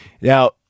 now